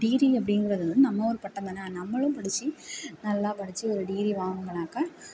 degree அப்படிங்கிறது வந்து நம்ம ஒரு பட்டம் தானே நம்மளும் படித்து நல்லா படித்து ஒரு டிகிரி வாங்கினாக்கா